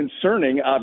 concerning